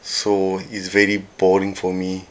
so it's very boring for me